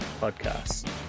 Podcast